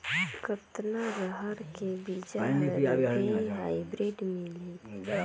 कतना रहर के बीजा हर भी हाईब्रिड मिलही?